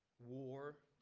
war,